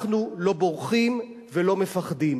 אנחנו לא בורחים ולא מפחדים.